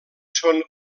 són